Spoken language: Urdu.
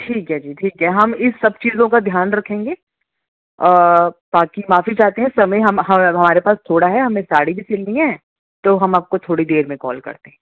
ٹھیک ہے جی ٹھیک ہے ہم اس سب چیزوں کا دھیان رکھیں گے اور باقی معافی چاہتے ہیں سمئے ہمارے پاس تھوڑا ہے ہمیں ساڑی بھی سلنی ہے تو ہم آپ کو تھوڑی دیر میں کال کرتے ہیں